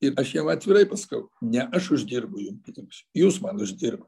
ir aš jiem atvirai pasakau ne aš uždirbu jum pinigus jūs man uždirbat